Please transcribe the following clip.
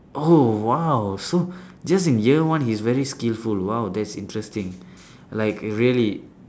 oh !wow! so just in year one he's very skillful !wow! that's interesting like really